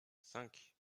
cinq